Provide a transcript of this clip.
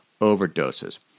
overdoses